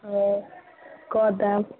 ओ कऽ देब